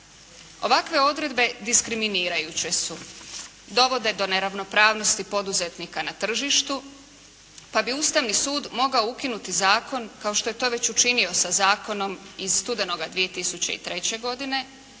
Ovakve odredbe diskriminirajuće su, dovode do neravnopravnosti poduzetnika na tržištu, pa bi Ustavni sud mogao ukinuti zakon kao što je to već učinio sa zakonom iz studenoga 2003. godine